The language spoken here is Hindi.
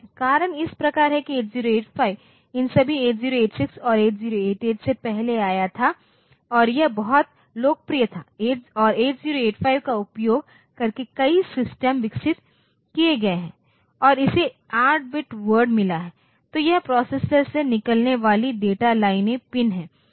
कारण इस प्रकार है कि 8085 इन सभी 8086 और 8088 से पहले आया था और यह बहुत लोकप्रिय था और 8085 का उपयोग करके कई सिस्टम विकसित किए गए हैं और इसे 8 बिट वर्ड मिला है तो यह प्रोसेसर से निकलने वाली डेटा लाइनों पिन है